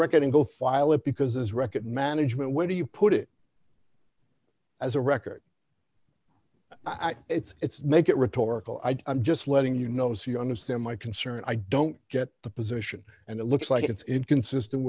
record and go file it because as record management where do you put it as a record it's make it rhetorical i i'm just letting you know so you understand my concern i don't get the position and it looks like it's inconsistent